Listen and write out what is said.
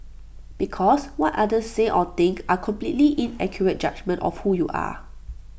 because what others say or think are completely inaccurate judgement of who you are